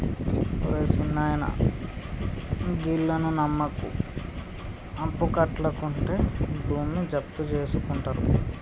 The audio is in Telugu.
ఒరే సిన్నాయనా, గీళ్లను నమ్మకు, అప్పుకట్లకుంటే భూమి జప్తుజేసుకుంటరు